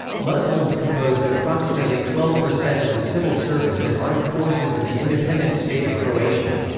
muslims composed approximately twelve percent of the civil service and armed forces of the independent state of croatia.